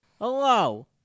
Hello